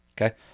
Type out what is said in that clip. Okay